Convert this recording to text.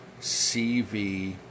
CV